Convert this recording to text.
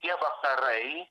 tie vakarai